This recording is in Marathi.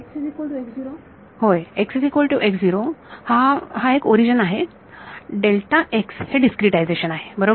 विद्यार्थी होय हा हा एक ओरिजन आहे हे डिस्क्रीटायझेशन आहे बरोबर